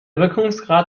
wirkungsgrad